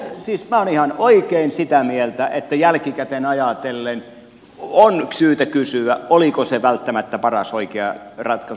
siis minä olen ihan oikein sitä mieltä että jälkikäteen ajatellen on syytä kysyä oliko se välttämättä paras oikea ratkaisu